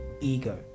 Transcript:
ego